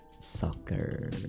soccer